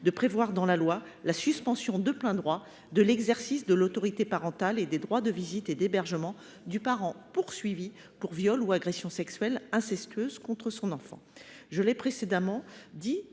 de la Ciivise : la suspension de plein droit de l’exercice de l’autorité parentale et des droits de visite et d’hébergement du parent poursuivi pour viol ou agression sexuelle incestueuse sur la personne